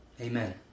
Amen